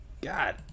God